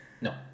No